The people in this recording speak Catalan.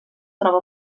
troba